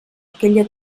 aquella